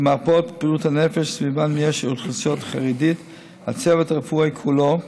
במרפאות בריאות הנפש שסביבן יש אוכלוסייה חרדית הצוות הרפואי כולו,